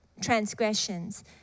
transgressions